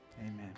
Amen